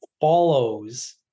follows